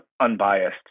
unbiased